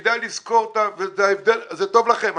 וזה טוב לכם.